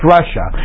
Russia